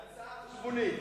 חוזר, על חשבוני.